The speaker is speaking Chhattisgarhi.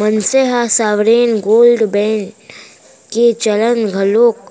मनसे ह सॉवरेन गोल्ड बांड के चलत घलोक